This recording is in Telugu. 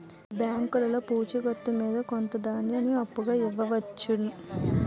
బ్యాంకులో పూచి కత్తు మీద కొంత ధనాన్ని అప్పుగా ఇవ్వవచ్చు